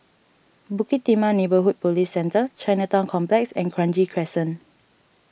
Bukit Timah Neighbourhood Police Centre Chinatown Complex and Kranji Crescent